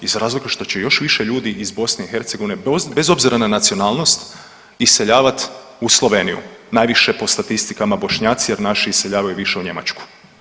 Iz razloga što će još više ljudi iz BiH, bez obzira na nacionalnost, iseljavati u Sloveniju, najviše, po statistikama Bošnjaci jer naši iseljavaju više u Njemačku.